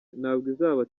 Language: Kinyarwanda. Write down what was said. ntabwo